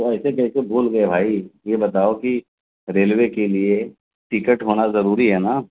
تو ایسے کیسے بھول گئے بھائی یہ بتاؤ کہ ریلوے کے لیے ٹکٹ ہونا ضروری ہے نا